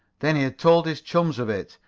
then he had told his chums of it,